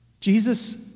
Jesus